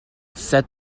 said